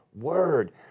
word